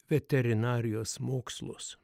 veterinarijos mokslus